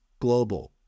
Global